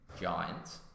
giants